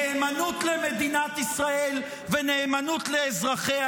נאמנות למדינת ישראל ונאמנות לאזרחיה.